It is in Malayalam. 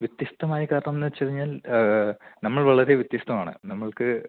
വ്യത്യസ്തമായ കാരണം എന്ന് വെച്ച് കഴിഞ്ഞാൽ നമ്മൾ വളരെ വ്യത്യസ്തമാണ് നമ്മൾക്ക്